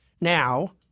Now